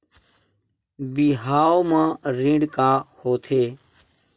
बिहाव म ऋण का होथे?